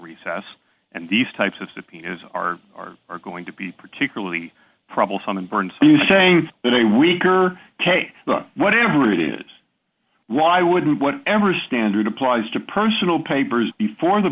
recess and these types of subpoenas are are are going to be particularly troublesome unburned you saying that a week or whatever it is why wouldn't whatever standard applies to personal papers before the